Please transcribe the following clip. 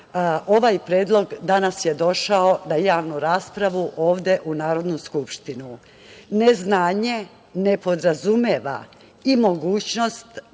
ovaj predlog danas je došao na javnu raspravu ovde u Narodnu skupštinu. Neznanje ne podrazumeva i mogućnost